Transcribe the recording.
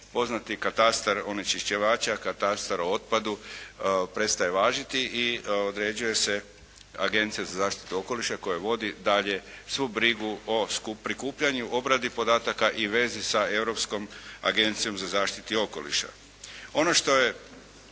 poznati katastar onečišćivača, katastar o otpadu prestaje važiti i određuje se Agencija za zaštitu okoliša koja vodi dalje svu brigu o prikupljanju, obradi podataka i vezi sa Europskom agencijom za zaštitu okoliša. Ono što je